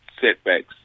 setbacks